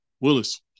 Willis